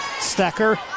Stecker